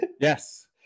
Yes